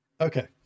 okay